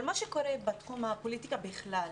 אבל מה שקורה בתחום הפוליטיקה בכלל,